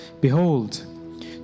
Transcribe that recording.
behold